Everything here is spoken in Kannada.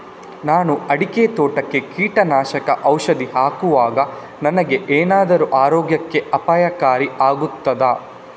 ನಾನು ಅಡಿಕೆ ತೋಟಕ್ಕೆ ಕೀಟನಾಶಕ ಔಷಧಿ ಹಾಕುವಾಗ ನನಗೆ ಏನಾದರೂ ಆರೋಗ್ಯಕ್ಕೆ ಅಪಾಯಕಾರಿ ಆಗುತ್ತದಾ?